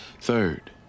Third